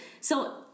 So-